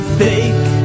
fake